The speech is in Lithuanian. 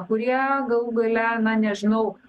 kurie galų gale na nežinau